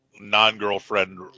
non-girlfriend